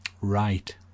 Right